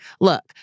Look